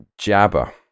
Jabba